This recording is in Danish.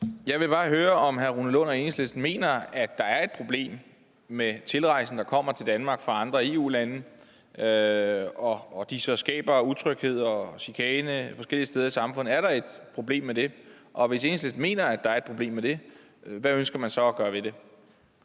Jeg vil bare høre, om hr. Rune Lund og Enhedslisten mener, at der er et problem med tilrejsende, der kommer til Danmark fra andre EU-lande og skaber utryghed og udøver chikane forskellige steder i samfundet. Er der et problem med det? Og hvis Enhedslisten mener, der er et problem med det, hvad ønsker man så gøre ved det?